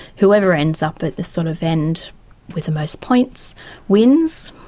whoever ends up at the sort of end with the most points wins,